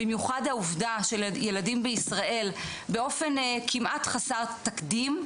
במיוחד העובדה שלילדים בישראל באופן כמעט חסר תקדים,